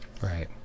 Right